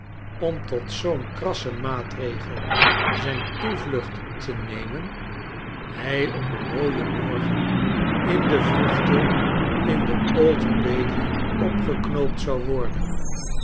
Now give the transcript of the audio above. om tot zoo'n krassen maatregei zijn toevlucht te nemen hij op een mooien morgen in de vroegte in de old bailey opgeknoopt zou worden